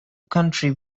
county